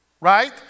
right